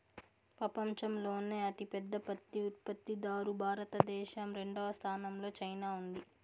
పపంచంలోనే అతి పెద్ద పత్తి ఉత్పత్తి దారు భారత దేశం, రెండవ స్థానం లో చైనా ఉంది